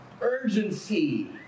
urgency